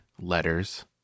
letters